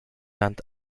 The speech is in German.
land